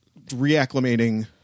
reacclimating